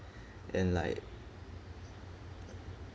and like